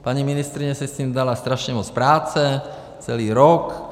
Paní ministryně si s tím dala strašně moc práce, celý rok.